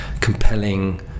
compelling